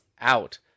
out